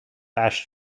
ash